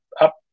up